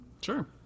Sure